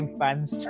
fans